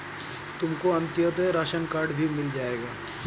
तुमको Antyodaya ration card भी मिल जाएगा